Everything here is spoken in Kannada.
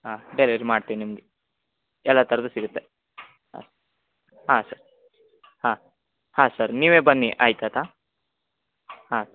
ಹಾಂ ಡೆಲಿವರಿ ಮಾಡ್ತೀವಿ ನಿಮಗೆ ಎಲ್ಲ ಥರದು ಸಿಗುತ್ತೆ ಹಾಂ ಹಾಂ ಸರ್ ಹಾಂ ಹಾಂ ಸರ್ ನೀವೆ ಬನ್ನಿ ಆಯಿತಾ ಹಾಂ